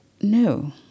no